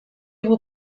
will